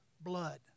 blood